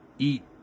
Eat